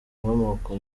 inkomoko